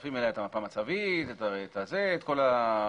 מצרפים אליה את המפה המצבית ואת כל האקורדיון.